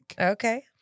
Okay